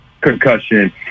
concussion